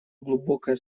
глубокое